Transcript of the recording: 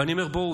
ואני אומר: בואו,